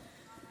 נכון.